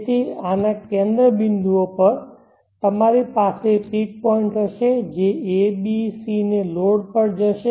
તેથી આના કેન્દ્ર બિંદુઓ પર તમારી પાસે પીક પોઇન્ટ હશે જે a b અને c લોડ પર જશે